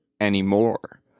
anymore